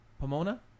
Pomona